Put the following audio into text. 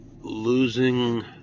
losing